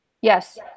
Yes